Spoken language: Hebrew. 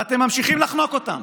ואתם ממשיכים לחנוק אותם.